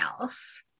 else